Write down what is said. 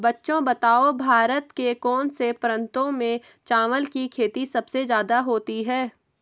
बच्चों बताओ भारत के कौन से प्रांतों में चावल की खेती सबसे ज्यादा होती है?